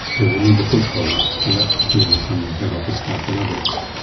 they will need the foothold and that means moving some head office staff and others.